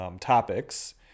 topics